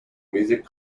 music